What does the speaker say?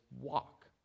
walk